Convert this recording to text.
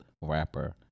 rapper